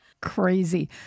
crazy